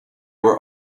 were